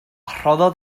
rhoddodd